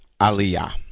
Aliyah